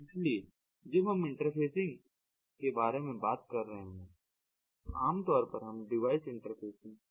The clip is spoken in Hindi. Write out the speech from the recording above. इसलिए जब हम इंटरफेसिंग के बारे में बात कर रहे हैं तो आमतौर पर हम डिवाइस इंटरफेसिंग की बात कर रहे हैं